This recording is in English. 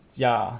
ya